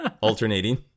alternating